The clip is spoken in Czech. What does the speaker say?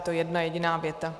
Je to jedna jediná věta.